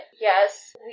yes